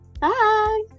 bye